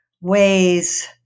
ways